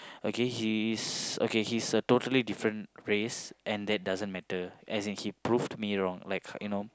okay he is okay he's a totally different race and that doesn't matter as in he proved me wrong like you know